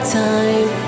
time